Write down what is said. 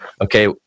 okay